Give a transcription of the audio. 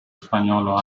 spagnolo